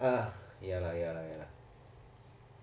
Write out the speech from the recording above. ah ya lah ya lah ya lah